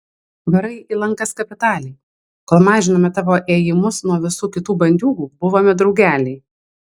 varai į lankas kapitaliai kol mažinome tavo ėjimus nuo visų kitų bandiūgų buvome draugeliai